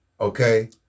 okay